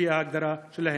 לפי ההגדרה שלהם.